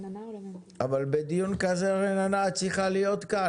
אבל בדיון כזה רננה את צריכה להיות כאן.